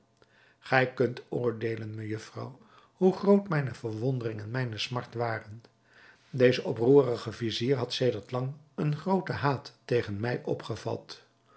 gij kunt oordeelen mejufvrouw hoe groot mijne verwondering en mijne smart waren deze oproerige vizier had sedert lang een grooten haat tegen mij opgevat